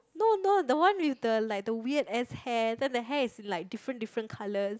no no the one with the like the weird ass hair then the hair is like different different colours